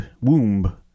womb